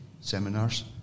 seminars